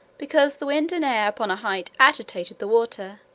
because the wind and air upon a height agitated the water,